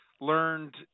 learned